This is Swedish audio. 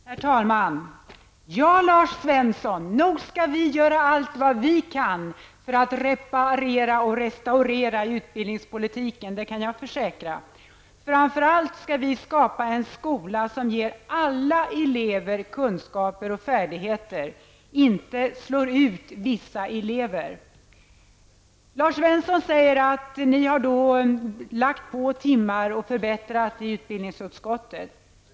Herr talman! Ja, Lars Svensson, nog skall vi göra allt vad vi kan för att reparera och restaurera utbildningspolitiken, det kan jag försäkra. Framför allt skall vi skapa en skola som ger alla elever kunskaper och färdigheter, inte en skola som slår ut vissa elever. Lars Svensson säger att utbildningsutskottet har lagt på timmar och förbättrat propositionen.